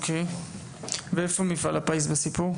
איפה מפעל הפיס בסיפור?